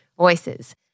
voices